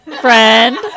friend